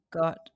got –